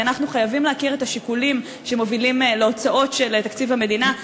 כי אנחנו חייבים להכיר את השיקולים שמובילים להוצאות של תקציב המדינה,